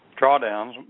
drawdowns